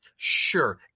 Sure